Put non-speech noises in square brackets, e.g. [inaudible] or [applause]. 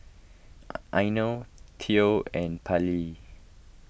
[noise] Eino theo and Pallie